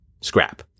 scrap